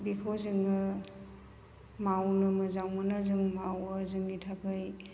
बेखौ जोङो मावनो मोजां मोनो जों मावो जोंनि थाखाय